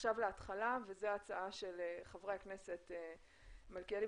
עכשיו להתחלה וזו ההצעה של חברי הכנסת מלכיאלי